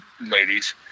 ladies